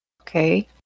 Okay